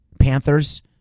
Panthers